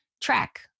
track